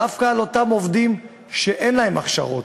דווקא על אותם עובדים שאין להם הכשרות,